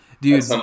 dude